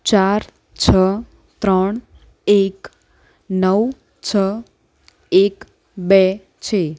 ચાર છ ત્રણ એક નવ છ એક બે છે